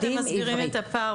איך אתם מסבירים את הפער,